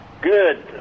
good